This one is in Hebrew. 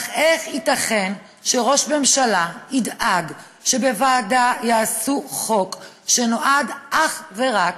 איך ייתכן שראש ממשלה ידאג שבוועדה יעשו חוק שנועד אך ורק